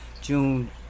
June